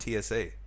TSA